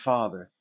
Father